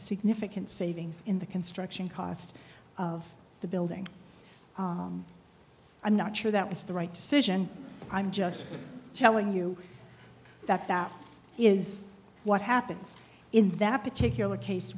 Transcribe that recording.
significant savings in the construction cost of the building i'm not sure that was the right decision i'm just telling you that that is what happens in that particular case